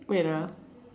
wait ah